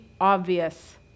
obvious